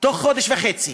בתוך חודש וחצי,